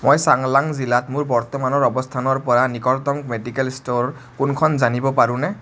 মই চাংলাং জিলাত মোৰ বৰ্তমানৰ অৱস্থানৰ পৰা নিকটতম মেডিকেল ষ্ট'ৰ কোনখন জানিব পাৰোঁনে